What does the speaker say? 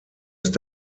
ist